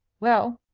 well,